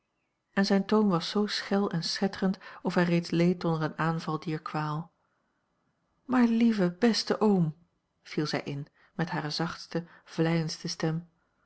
en zijn toon was zoo schel en schetterend of hij reeds leed onder een aanval dier kwaal maar lieve beste oom viel zij in met hare zachtste vleiendste stem